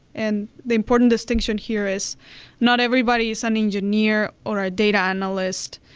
and the important distinction here is not everybody is an engineer or a data analyst.